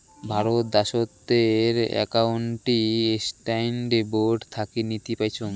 ভারত দ্যাশোতের accounting standard board থাকি নীতি পাইচুঙ